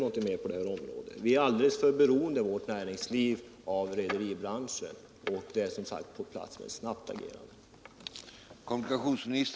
Vårt näringsliv är alldeles för beroende av rederibranschen för att vi skall kunna acceptera detta.